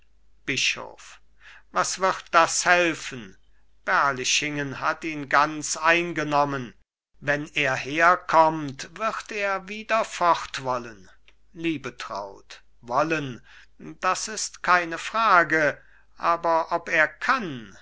bischof was wird das helfen berlichingen hat ihn ganz eingenommen wenn er herkommt wird er wieder fort wollen liebetraut wollen das ist keine frage aber ob er kann